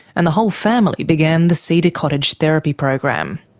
and the whole family began the cedar cottage therapy program.